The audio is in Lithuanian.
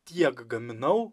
tiek gaminau